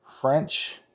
French